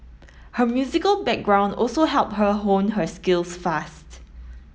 her musical background also helped her hone her skills fast